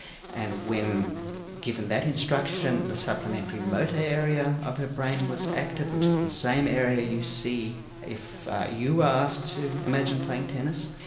and when given that instruction, the supplementary motor area of her brain was active, which is the same area you see if you are asked to imagine playing tennis.